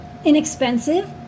inexpensive